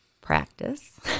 Practice